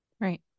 Right